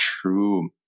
true